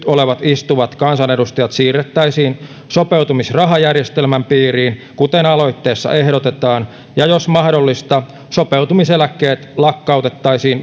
olevat istuvat kansanedustajat siirrettäisiin sopeutumisrahajärjestelmän piiriin kuten aloitteessa ehdotetaan ja jos mahdollista sopeutumiseläkkeet lakkautettaisiin